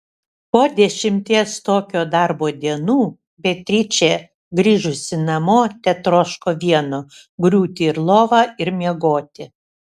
po dešimties tokio darbo dienų beatričė grįžusi namo tetroško vieno griūti į lovą ir miegoti